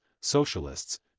Socialists